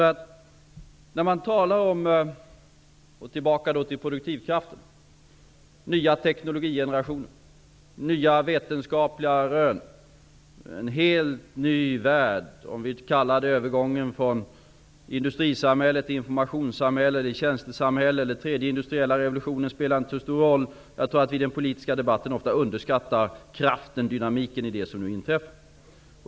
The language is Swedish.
Låt mig gå tillbaka till frågorna om produktivkrafterna, nya teknologiska generationer och nya vetenskapliga rön. De har gett oss en helt ny värld, karakteriserad av övergång från industrisamhälle till informationssamhälle eller tjänstesamhälle, av den tredje industriella revolutionen -- vad vi kallar det spelar inte så stor roll. Vi underskattar ofta kraften och dynamiken i det som nu inträffar.